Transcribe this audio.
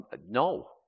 No